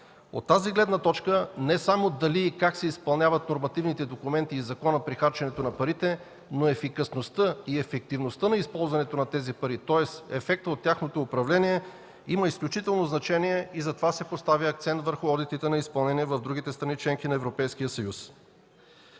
От тази гледна точка не само дали и как се изпълняват нормативните документи и законът при харченето на парите, но ефикасността и ефективността на използването на тези пари, тоест ефектът от тяхното управление имат изключително значение и затова се поставя акцент върху одитите на изпълнение в другите страни – членки на Европейския съюз.